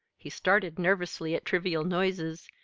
he started nervously at trivial noises,